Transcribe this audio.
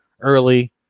early